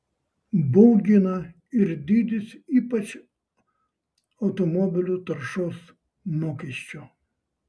baugina ir dydis ypač automobilių taršos mokesčio